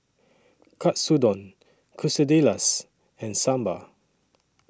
Katsudon Quesadillas and Sambar